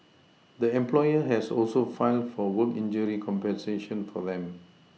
the employer has also filed for work injury compensation for them